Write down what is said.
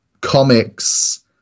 Comics